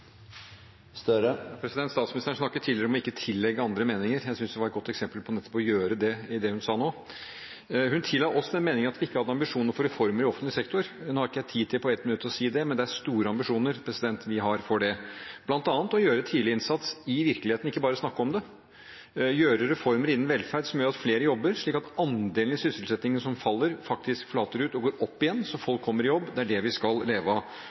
Støre – til oppfølgingsspørsmål. Statsministeren snakket tidligere om ikke å tillegge andre meninger. Jeg synes det hun sa nå, var et godt eksempel på nettopp å gjøre det. Hun tilla oss den meningen at vi ikke har ambisjoner om reformer i offentlig sektor. Jeg har ikke tid på 1 minutt til å si mye om det, men vi har store ambisjoner om det – bl.a. å sette inn tidlig innsats i virkeligheten og ikke bare snakke om det, gjennomføre reformer innen velferd som gjør at flere jobber, slik at andelen i sysselsettingen som faller, faktisk flater ut og andelen sysselsatte går opp igjen, at folk kommer i jobb. Det er det vi skal leve av.